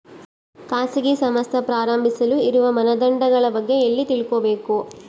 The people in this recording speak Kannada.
ಖಾಸಗಿ ಸಂಸ್ಥೆ ಪ್ರಾರಂಭಿಸಲು ಇರುವ ಮಾನದಂಡಗಳ ಬಗ್ಗೆ ಎಲ್ಲಿ ತಿಳ್ಕೊಬೇಕು?